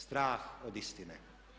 Strah od istine.